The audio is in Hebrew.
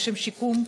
לשם שיקום.